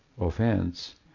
offense